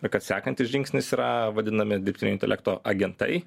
ir kad sekantis žingsnis yra vadinami dirbtinio intelekto agentai